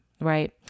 right